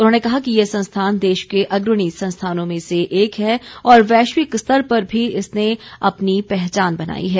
उन्होंने कहा कि ये संस्थान देश के अग्रणी संस्थानों में से एक है और वैश्विक स्तर पर भी इसने अपनी पहचान बनाई है